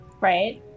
Right